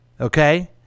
Okay